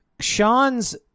Sean's